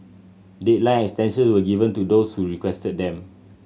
deadline extensions were given to those who requested them